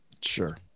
Sure